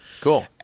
Cool